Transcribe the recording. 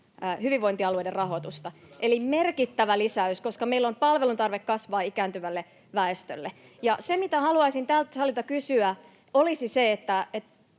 hyvinvointialueiden rahoitusta — eli merkittävä lisäys, koska meillä palveluntarve kasvaa ikääntyvälle väestölle. Haluaisin tältä salilta